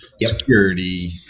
security